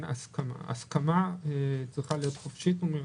הסכמה צריכה להיות חופשית ומרצון.